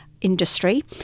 industry